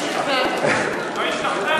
כבר השתכנענו.